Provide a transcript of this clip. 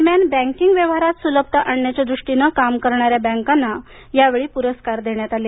दरम्यान बँकींग व्यवहारांत सुलभता आणण्याच्या दृष्टीनं काम करणाऱ्या बँकांना यावेळी पुरस्कार देण्यात आले